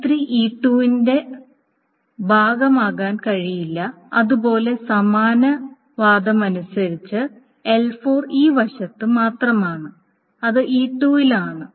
L3 E2 ന്റെ ഭാഗമാകാൻ കഴിയില്ല അതുപോലെ സമാന വാദമനുസരിച്ച് L4 ഈ വശത്ത് മാത്രമാണ് അത് E2 ൽ ആണ്